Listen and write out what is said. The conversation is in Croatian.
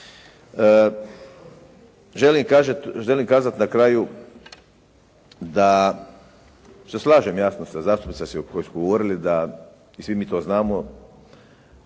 Želim kazati na kraju da se slažem jasno sa zastupnicima koji su govorili i svi mi to znamo,